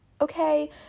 okay